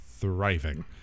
Thriving